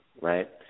right